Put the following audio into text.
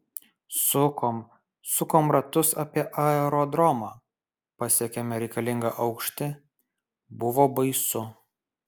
sukom sukom ratus apie aerodromą pasiekėme reikalingą aukštį buvo baisu